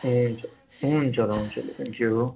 हुन्छ हुन्छ हुन्छ थ्याङ्क यू